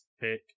pick